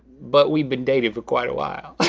but we've been dating for quite awhile,